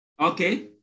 Okay